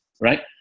right